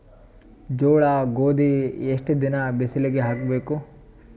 ಜೋಳ ಗೋಧಿ ಎಷ್ಟ ದಿನ ಬಿಸಿಲಿಗೆ ಹಾಕ್ಬೇಕು?